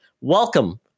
welcome